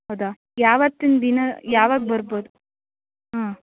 ಹೌದಾ ಯಾವತ್ತಿನ ದಿನ ಯಾವಾಗ ಬರ್ಬೋದು ಹಾಂ